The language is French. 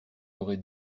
aurait